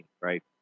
right